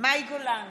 מאי גולן,